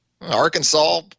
Arkansas